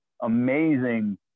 amazing